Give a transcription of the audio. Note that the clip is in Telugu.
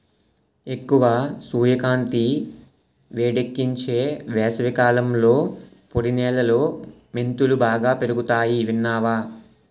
ఎక్కువ సూర్యకాంతి, వేడెక్కించే వేసవికాలంలో పొడి నేలలో మెంతులు బాగా పెరుగతాయట విన్నావా